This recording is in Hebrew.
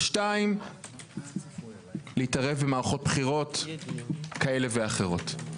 ושתיים להתערב במערכות בחירות כאלה ואחרות.